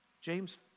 James